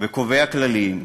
וקובע כללים,